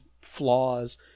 flaws